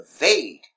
evade